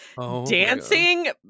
dancing